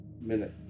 minutes